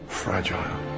fragile